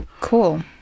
Cool